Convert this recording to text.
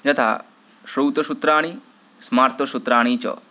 यथा श्रौतसूत्राणि स्मार्तसूत्राणि च